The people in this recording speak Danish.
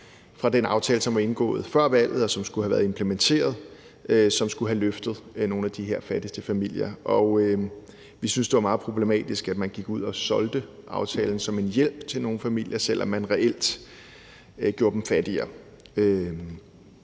fra den aftale, som var indgået før valget, og som skulle have været implementeret, hvilket skulle have løftet nogle af de her fattigste familier. Vi synes, det var meget problematisk, at man gik ud og solgte aftalen som en hjælp til nogle familier, selv om man reelt gjorde dem fattigere.